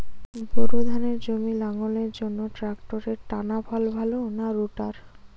Bore ধানের জমি লাঙ্গলের জন্য ট্রাকটারের টানাফাল ভালো না রোটার?